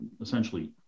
essentially